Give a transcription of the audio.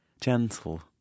Gentle